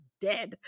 dead